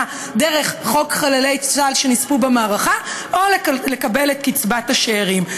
דרך חוק חללי צה"ל שנספו במערכה או לקבל את קצבת השאירים?